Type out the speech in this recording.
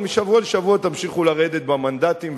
אבל משבוע לשבוע תמשיכו לרדת במנדטים,